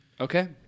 okay